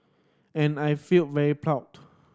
and I felt very proud